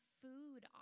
food